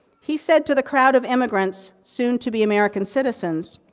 he said to the crowd of immigrants, soon to be american citizens,